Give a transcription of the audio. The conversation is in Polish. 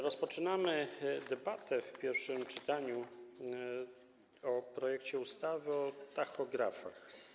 Rozpoczynamy debatę w pierwszym czytaniu projektu ustawy o tachografach.